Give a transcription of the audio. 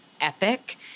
epic